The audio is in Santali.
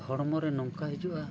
ᱦᱚᱲᱢᱚ ᱨᱮ ᱱᱚᱝᱠᱟ ᱦᱤᱡᱩᱜᱼᱟ